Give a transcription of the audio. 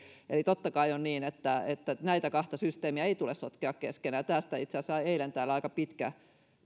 viittasi eli totta kai on niin että että näitä kahta systeemiä ei tule sotkea keskenään tästä itse asiassa eilen täällä käytiinkin kyselytunnilla aika